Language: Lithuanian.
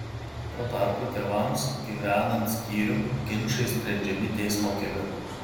tuo tarpu tėvams gyvenant skyrium ginčai sprendžiami teismo keliu